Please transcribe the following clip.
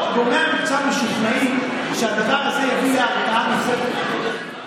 פה גורמי המקצוע משוכנעים שהדבר הזה יביא להרתעה נוספת.